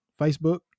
Facebook